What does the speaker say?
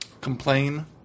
complain